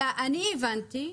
אלא הבנתי,